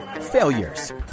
failures